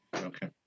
Okay